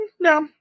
No